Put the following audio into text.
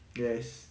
yes